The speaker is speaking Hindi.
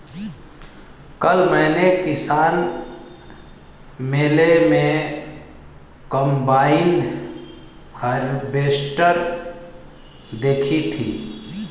कल मैंने किसान मेले में कम्बाइन हार्वेसटर देखी थी